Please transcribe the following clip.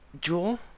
jewel